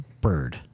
bird